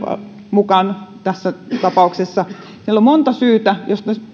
mukaan tässä tapauksessa meillä on monta syytä joista